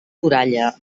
toralla